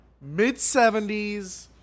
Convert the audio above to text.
mid-70s